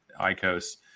ICOs